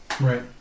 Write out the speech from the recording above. Right